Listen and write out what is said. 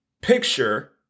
picture